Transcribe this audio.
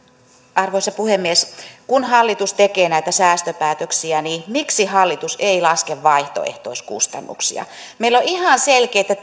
arvoisa puhemies kun hallitus tekee näitä säästöpäätöksiä niin miksi hallitus ei laske vaihtoehtoiskustannuksia meillä on ihan selkeitä